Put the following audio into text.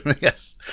Yes